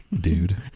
dude